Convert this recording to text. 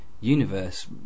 universe